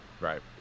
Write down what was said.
Right